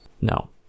No